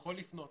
יכול לפנות